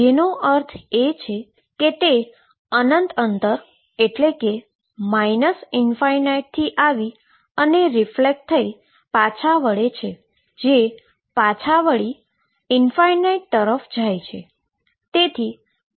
જેનો અર્થ એ થયો કે તે અનંત અંતર એટલે કે ∞ થી આવી અને રીફ્લેક્ટ થઈ પાછા વળે છે અને પાછા ∞ તરફ જાય છે